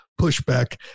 pushback